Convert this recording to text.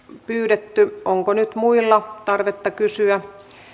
pyydetty onko nyt muilla tarvetta kysyä